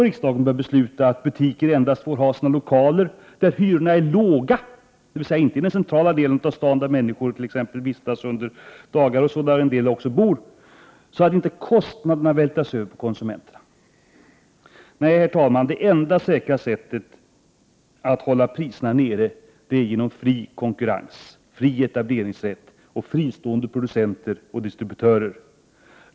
Riksdagen bör besluta att butikerna endast får ha sina lokaler där hyrorna är låga, dvs. inte i den centrala delen av staden där människor vistas under dagar och en del också bor, så att inte kostnaderna vältras över på konsumenterna. Nej, herr talman, det enda säkra sättet att hålla priserna nere är genom fri konkurrens, fri etableringsrätt och fristående producenter och distributörer.